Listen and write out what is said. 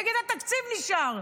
נגד התקציב, נשאר.